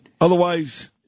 otherwise